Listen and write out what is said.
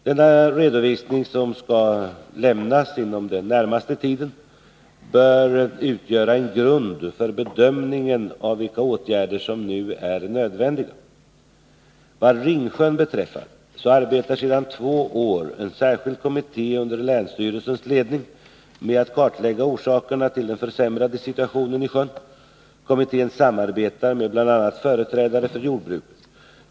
Denna redovisning, som skall lämnas inom den närmaste tiden, bör utgöra en grund för bedömningen av vilka åtgärder som nu är nödvändiga. Vad Ringsjön beträffar arbetar sedan två år en särskild kommitté under länsstyrelsens ledning med att kartlägga orsakerna till den försämrade situationen i sjön. Kommittén samarbetar med bl.a. företrädare för jordbruket.